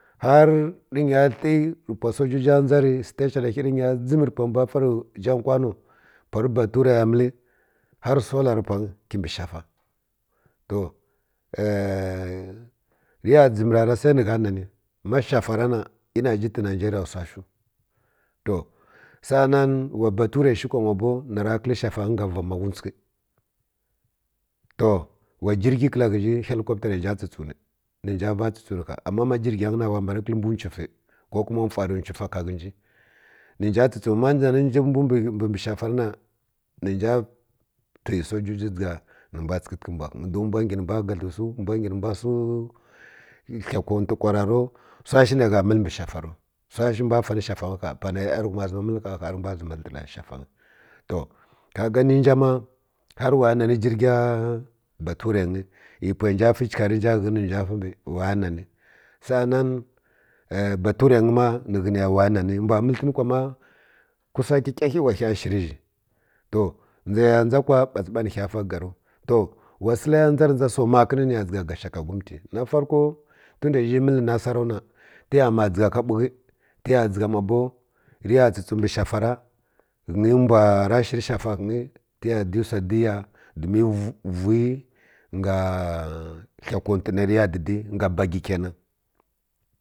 Har ni nya hə rə pwə sojojo dʒa rə station ghə rə nya dʒəm rə pwə tari dan kwano pwari baturə ya məl har sola rə pwang mbi shafa to rə ya dʒə rara sai ni gha nani ma shafa ra na ina ji tə nigeria sa shiw to sa’a nan wa bature shi na kwa ma bow na rə kəl nga ra makutsəkə to wa dərgi kəl ghə nji hall kwmabə ta nə nja tsə-tsəw ni ni nja va’ tsə-tsəw ni ha ama jərgny wa mbani kəl mbw tsəf ko kuma fur tsəd ka ghə nji ni nja tsə-tsəw ma na na nji mbw mbw mbə shafa ra na ni nja twi sojoji dʒiga ni nbwa tsəkətə mbw ghəng don mbw ngi ni mbw badl wsu mbw ngi ni mbw siw hi kontə kwara ro wsa shiw nə gha məl ambə shafa ro ʒa shiw mbw fan shafang ha pana rə yanghum məl shafang ha ha rə mbwa dlən shafang to ka ga ni zha ma har wa ya nan jirga bature nyi iyi pwə nda fi chika nja ghəni ri wa ya nani sa’a nan baturə nyi ma hi ghə ni ya wa ya nani mbw məl hən kwa ma kusa kəkal ghəy wa ghəya shir zhi to dʒə ya dʒa kwa bats ba ni ghə fa ganu to ira səla dʒar dʒa so makin ni ya dʒa gashigagumti na farko ton nda zhi məl nasaro na rə ya mima dʒiga ko bukə rə dʒiga ma bow rə ya tsə-tsəw mbə shafara ghənyi mbw ra shir shafan yi tə r ya di wsa diya domin vuyi nga hi konti na rə ya didi nga bagi kenan